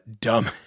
dumb